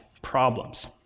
problems